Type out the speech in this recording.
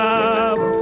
up